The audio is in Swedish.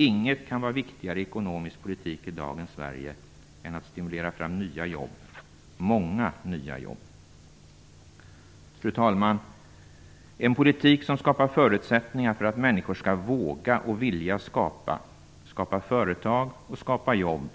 Inget kan vara viktigare i ekonomisk politik i dagens Sverige än att stimulera fram nya jobb - många nya jobb. Fru talman! En politik som skapar förutsättningar för att människor skall våga och vilja skapa företag och jobb